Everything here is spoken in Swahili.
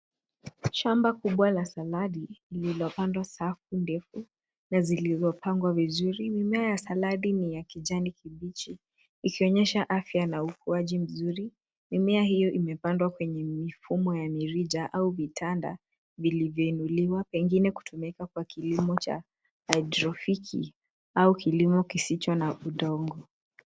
Chamba kubwa la saladi lililopandwa safu ndefu na zilizopangwa vizuri. Mimea ya saladi ni ya kijani kibichi ikionyesha afya na ukuaji mzuri. Mimea hiyo imepandwa kwenye mifumo ya mirija au vitanda vilivyoinuliwa pengine kutumika kwa kilimo cha Hydroponic au kilimo kisicho na udongo.